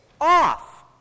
off